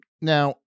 Now